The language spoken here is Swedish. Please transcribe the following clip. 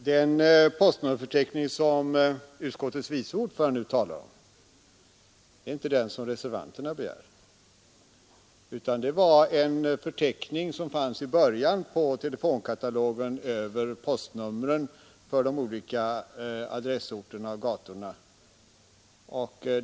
Herr talman! Den postnummerförteckning som utskottets vice ordförande nu talar om är inte den som reservanterna begär. Det var en förteckning som fanns i början av telefonkatalogen över postnumren för de olika adressorterna och gatorna.